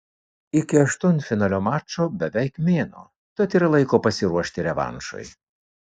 iki aštuntfinalio mačo beveik mėnuo tad yra laiko pasiruošti revanšui